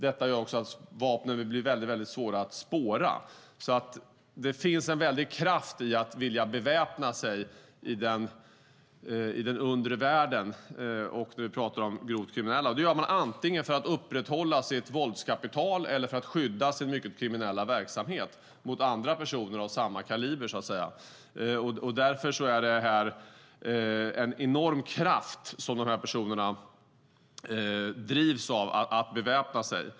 Detta gör också att vapnen blir väldigt svåra att spåra. Det finns en väldig kraft i att vilja beväpna sig bland grovt kriminella i den undre världen, och det gör man antingen för att upprätthålla sitt våldskapital eller för att skydda sin mycket kriminella verksamhet mot andra personer av samma kaliber. Därför drivs de här personerna av en enorm kraft att beväpna sig.